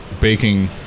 baking